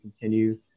continue